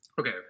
okay